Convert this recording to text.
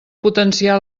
potenciar